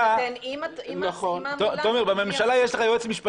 שציינת, עורך דין רוזנר, יש לנו הצעה